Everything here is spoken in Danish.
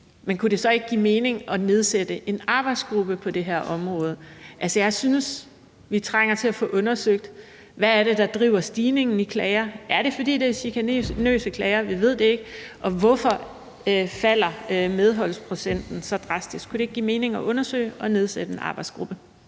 Men kunne det så ikke give mening at nedsætte en arbejdsgruppe på det her område? Jeg synes, vi trænger til at få undersøgt, hvad det er, der driver stigningen i klagerne. Er det, fordi det er chikanøse klager? Vi ved det ikke. Og hvorfor falder medholdsprocenten så drastisk? Kunne det ikke give mening at undersøge det og nedsætte en arbejdsgruppe?